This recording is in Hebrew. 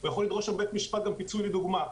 הוא יכול לדרוש בבית משפט גם פיצוי לדוגמה,